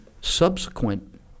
subsequent